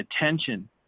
attention